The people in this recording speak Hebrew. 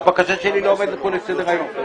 הבקשה שלי לא עומדת על סדר-היום.